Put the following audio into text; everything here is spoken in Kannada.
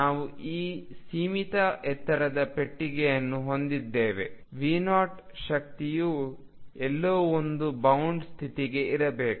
ನಾವು ಈ ಸೀಮಿತ ಎತ್ತರದ ಪೆಟ್ಟಿಗೆಯನ್ನು ಹೊಂದಿದ್ದೇವೆ V0 ಶಕ್ತಿಯು ಎಲ್ಲೋ ಒಂದು ಬೌಂಡ್ ಸ್ಥಿತಿಗೆ ಇರಬೇಕು